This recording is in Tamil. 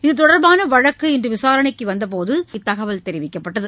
இது தொடர்பான வழக்கு இந்த விசாரணைக்கு வந்தபோது இத்தகவல் தெரிவிக்கப்பட்டது